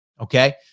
okay